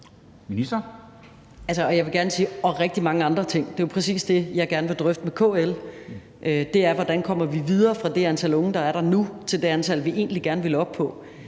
og rigtig mange andre ting. Det er jo præcis det, jeg gerne vil drøfte med KL, altså hvordan vi kommer videre fra det antal unge, der er der nu, til det antal, vi egentlig gerne ville op på.